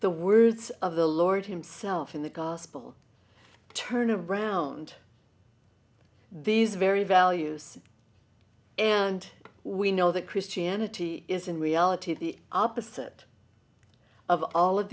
the words of the lord himself in the gospel turn around these very values and we know that christianity is in reality the opposite of all of